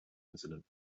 incident